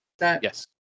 Yes